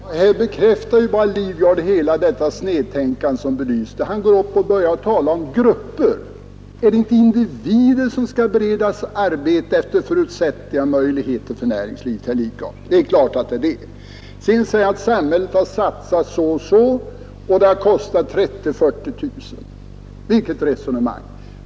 Herr talman! Här bekräftar ju bara herr Lidgard hela detta snedtänkande. Han går upp och börjar tala om grupper. Är det inte individer som skall beredas arbete efter förutsättningar och möjligheter för näringslivet, herr Lidgard? Det är klart att det är det. Herr Lidgard säger att samhället har satsat så och så och att det har kostat 30 000-40 000 kronor. Vilket resonemang!